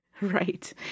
right